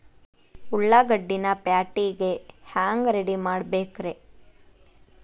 ಉಳ್ಳಾಗಡ್ಡಿನ ಪ್ಯಾಟಿಗೆ ಹ್ಯಾಂಗ ರೆಡಿಮಾಡಬೇಕ್ರೇ?